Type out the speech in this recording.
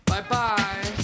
Bye-bye